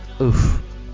Oof